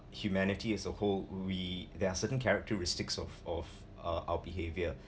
humanity as a whole we there are certain characteristics of of uh our behavior